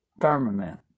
firmament